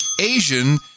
Asian